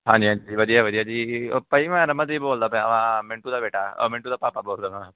ਹਾਂਜੀ ਹਾਂਜੀ ਵਧੀਆ ਵਧੀਆ ਜੀ ਉਹ ਭਾਅ ਜੀ ਮੈਂ ਰਮਨਦੀਪ ਬੋਲਦਾ ਪਿਆ ਹਾਂ ਮਿੰਟੂ ਦਾ ਬੇਟਾ ਮਿੰਟੂ ਦਾ ਭਾਪਾ ਬੋਲਦਾ ਹਾਂ